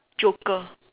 joker